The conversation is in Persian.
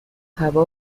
هوا